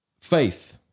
Faith